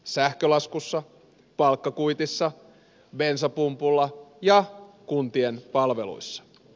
sähkölaskussa palkkakuitissa bensapumpulla ja kuntien palveluissa